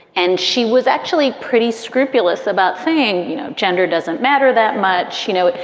and she was actually pretty scrupulous about saying, you know, gender doesn't matter that much. you know,